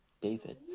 David